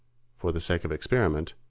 for the sake of experiment,